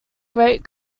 great